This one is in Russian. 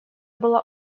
была